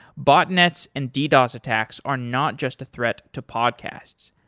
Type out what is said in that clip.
botnets and ddos attacks are not just a threat to podcasts.